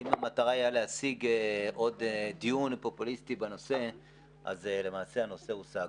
אם המטרה הייתה להשיג עוד דיון פופוליסטי בנושא אז למעשה הנושא הושג,